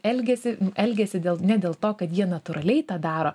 elgiasi elgiasi dėl ne dėl to kad jie natūraliai tą daro